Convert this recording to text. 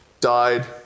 died